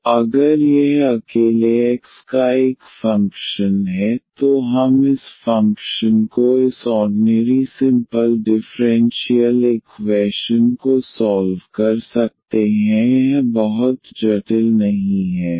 तो अगर यह अकेले X का एक फ़ंक्शन है तो हम इस फ़ंक्शन को इस ऑर्डनेरी सिम्पल डिफ़्रेंशियल इक्वैशन को सॉल्व कर सकते हैं यहाँ बहुत जटिल नहीं है